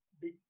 big